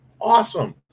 Awesome